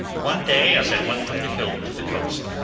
one day as i went from the hill to the coast,